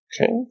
Okay